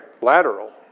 lateral